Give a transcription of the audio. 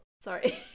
Sorry